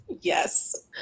yes